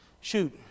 Shoot